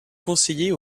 conseiller